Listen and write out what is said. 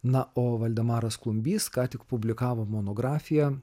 na o valdemaras klumbys ką tik publikavo monografiją